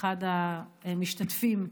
אחד המשתתפים,